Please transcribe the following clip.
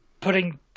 putting